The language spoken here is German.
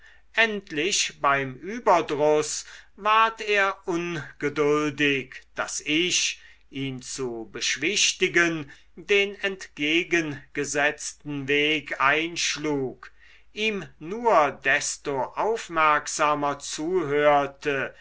endlich beim überdruß ward er ungeduldig daß ich ihn zu beschwichtigen den entgegengesetzten weg einschlug ihm nur desto aufmerksamer zuhörte